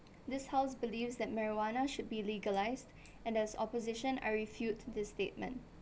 this house believes that marijuana should be legalised and as opposition I refute this statement